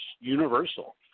universal